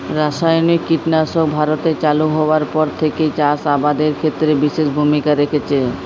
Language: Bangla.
রাসায়নিক কীটনাশক ভারতে চালু হওয়ার পর থেকেই চাষ আবাদের ক্ষেত্রে বিশেষ ভূমিকা রেখেছে